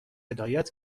هدایت